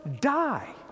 die